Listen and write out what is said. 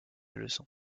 leçon